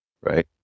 right